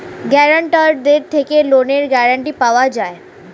গ্যারান্টারদের থেকে লোনের গ্যারান্টি পাওয়া যায়